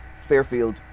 Fairfield